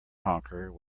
honker